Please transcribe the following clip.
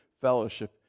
fellowship